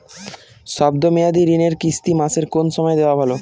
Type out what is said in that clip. শব্দ মেয়াদি ঋণের কিস্তি মাসের কোন সময় দেওয়া ভালো?